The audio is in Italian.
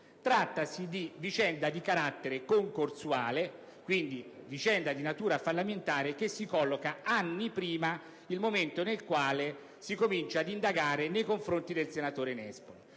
Trattasi di vicenda di carattere concorsuale, quindi di natura fallimentare, che si colloca anni prima rispetto al momento in cui si comincia ad indagare nei confronti del senatore Nespoli,